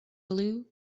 blue